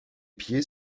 pieds